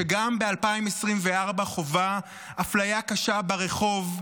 וגם ב-2024 היא חווה אפליה קשה ברחוב,